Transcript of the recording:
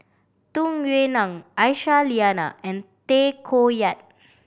Tung Yue Nang Aisyah Lyana and Tay Koh Yat